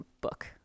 book